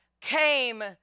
came